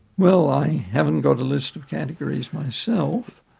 well, i haven't got a list of categories myself,